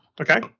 Okay